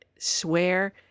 swear